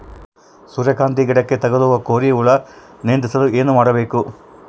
ಸೂರ್ಯಕಾಂತಿ ಗಿಡಕ್ಕೆ ತಗುಲುವ ಕೋರಿ ಹುಳು ನಿಯಂತ್ರಿಸಲು ಏನು ಮಾಡಬೇಕು?